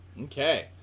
Okay